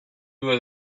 was